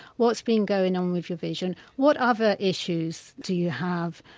what's been going on with your vision, what other issues do you have.